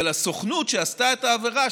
אבל הסוכנות שעשתה את העבירה,